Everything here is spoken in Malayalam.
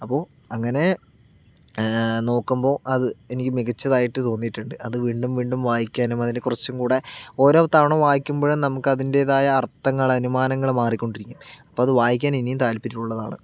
അപ്പോൾ അങ്ങനെ നോക്കുമ്പോൾ അത് ഇത് എനിക്ക് മികച്ചതായിട്ട് തോന്നിയിട്ടുണ്ട് അത് വീണ്ടും വീണ്ടും വായിക്കാനും അതിനെ കുറച്ചും കൂടി ഓരോ തവണ വായിക്കുമ്പോഴും നമുക്ക് അതിൻറ്റേതായ അർത്ഥങ്ങൾ അനുമാനങ്ങൾ മാറിക്കൊണ്ടിരിക്കും അപ്പം അത് വായിക്കാൻ ഇനിയും താത്പര്യം ഉള്ളതാണ്